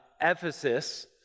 Ephesus